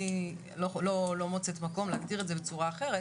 אני לא מוצאת מקום להגדיר את זה בצורה אחרת.